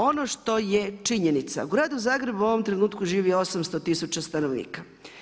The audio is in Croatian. Ono što je činjenica, u gradu Zagrebu u ovom trenutku živi 800 tisuća stanovnika.